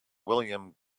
william